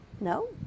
No